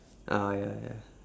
ah ya ya